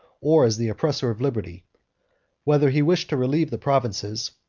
or as the oppressor of liberty whether he wished to relieve the provinces,